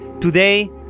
Today